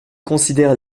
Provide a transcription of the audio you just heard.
considère